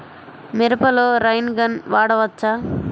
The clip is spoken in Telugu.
మిరపలో రైన్ గన్ వాడవచ్చా?